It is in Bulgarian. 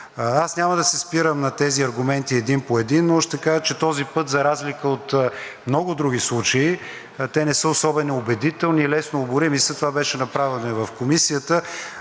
Аз няма да се спирам на тези аргументи един по един, но ще кажа, че този път, за разлика от много други случаи, те не са особено убедителни и са лесно оборими. Това беше направено и в Комисията.